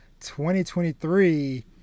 2023